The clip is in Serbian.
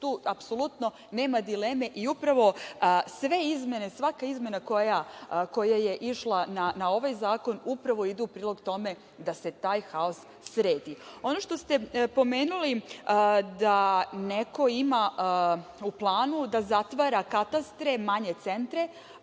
Tu apsolutno nema dileme. Upravo, sve izmene, svaka izmena koja je išla na ovaj zakon upravo ide u prilog tome da se taj haos sredi. Ono što ste pomenuli da neko ima u planu da zatvara katastre, manje centre,